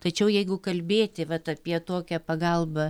tačiau jeigu kalbėti vat apie tokią pagalbą